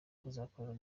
kuzakorera